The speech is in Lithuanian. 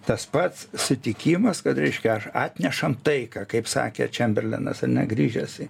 tas pats sutikimas kad reiškia aš atnešam taiką kaip sakė čemberlenas ar ne grįžęs į